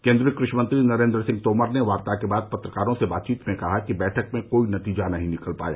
केन्द्रीय कृषि मंत्री नरेन्द्र सिंह तोमर ने वार्ता के बाद पत्रकारों से बातचीत में कहा कि बैठक में कोई नतीजा नहीं निकल पाया